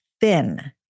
thin